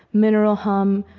mineral hum,